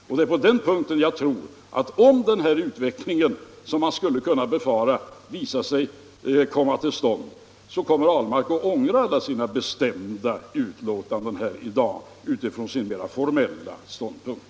Och det är där jag tror, att om utvecklingen blir den som man kan riskera, så kommer herr Ahlmark att ångra de bestämda uttalanden som han gjort i dag utifrån sin mera formella ståndpunkt.